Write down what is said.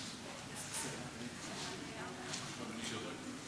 כניסה לחובות.